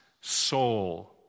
soul